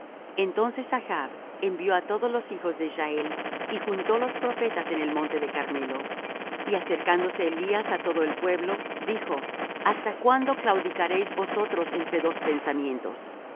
entonces achb envió á todos los hijos de israel y juntó los profetas en el monte de carmelo y acercándose elías á todo el pueblo dijo hasta cuándo claudicaréis vosotros entre dos pensamientos si